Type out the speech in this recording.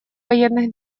военных